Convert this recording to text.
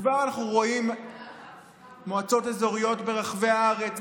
וכבר אנחנו רואים מועצות אזוריות ברחבי הארץ,